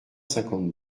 cinquante